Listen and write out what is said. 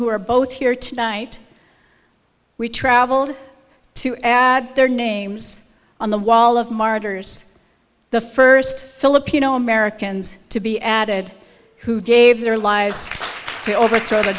who are both here tonight we traveled to their names on the wall of martyrs the first filipino americans to be added who gave their lives to overthrow the